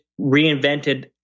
reinvented